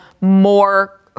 more